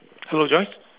hello Joyce